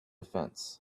fence